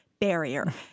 Barrier